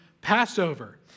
Passover